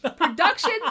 Production